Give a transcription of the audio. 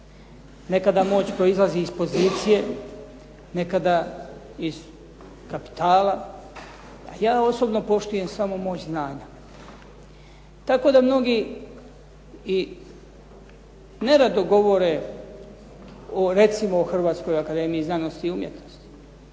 Nekada moć proizlazi iz pozicije, nekada iz kapitala, a ja osobno poštujem samo moć znanja. Tako da mnogi i nerado govore recimo o Hrvatskoj akademiji znanosti i umjetnosti.